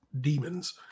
demons